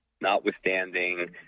notwithstanding